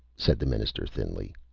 said the minister, thinly.